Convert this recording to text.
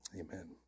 Amen